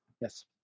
Yes